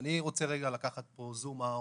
אני רוצה רגע לקחת פה זום-אאוט,